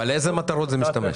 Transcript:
לאיזה מטרות זה משמש?